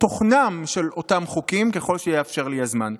תוכנם של אותם חוקים ככל שיאפשר לי הזמן.